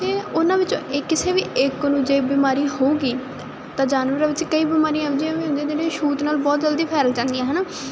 ਤੇ ਉਹਨਾਂ ਵਿੱਚੋਂ ਇਹ ਕਿਸੇ ਵੀ ਇੱਕ ਨੂੰ ਜੇ ਬਿਮਾਰੀ ਹੋਊਗੀ ਤਾਂ ਜਾਨਵਰਾਂ ਵਿੱਚ ਕਈ ਬਿਮਾਰੀਆਂ ਇਹੋ ਜਿਹੀਆਂ ਵੀ ਹੁੰਦੀਆਂ ਜਿਹੜੀਆਂ ਛੂਤ ਨਾਲ ਬਹੁਤ ਜਲਦੀ ਫੈਲ ਜਾਂਦੀਆਂ ਹਨਾ